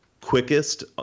quickest